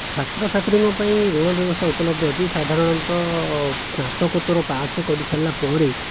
ଛାତ୍ରଛାତ୍ରୀଙ୍କ ପାଇଁ ଋଣ ବ୍ୟବସ୍ଥା ଉପଲବ୍ଧ ଅଛି ସାଧାରଣତଃ ସ୍ନାତୋକୋତ୍ତର ପାସ କରିସାରିଲା ପରେ